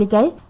and da